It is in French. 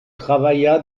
travailla